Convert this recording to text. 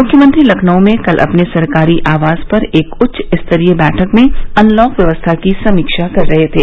मुख्यमंत्री लखनऊ में कल अपने सरकारी आवास पर एक उच्च स्तरीय बैठक में अनलॉक व्यवस्था की समीक्षा कर रहे थे